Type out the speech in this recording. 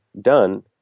done